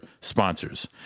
sponsors